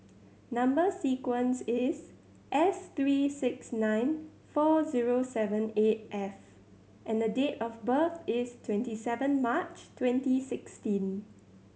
number sequence is S three six nine four zero seven eight F and date of birth is twenty seven March twenty sixteen